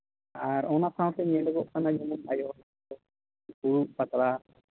ᱟᱨ ᱚᱱᱟ ᱥᱟᱶᱛᱮ ᱧᱮᱞᱚᱜᱚᱜ ᱠᱟᱱᱟ ᱡᱮᱢᱚᱱ ᱟᱭᱚ ᱦᱚᱲ ᱯᱷᱩᱲᱩᱜ ᱯᱟᱛᱲᱟ